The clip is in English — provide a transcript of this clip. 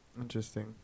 Interesting